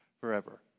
forever